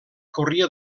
corria